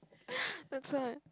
that's why